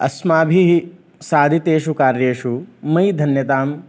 अस्माभिः सारितेषु कार्येषु मयि धन्यताम्